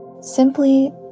Simply